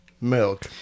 milk